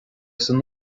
san